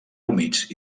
humits